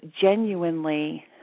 genuinely